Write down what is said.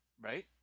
Right